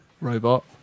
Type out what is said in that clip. robot